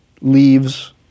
leaves